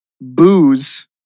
Booze